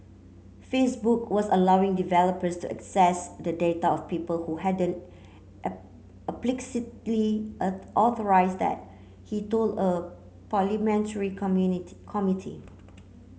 Facebook was allowing developers to access the data of people who hadn't explicitly authorised that he told a parliamentary committee